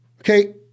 Okay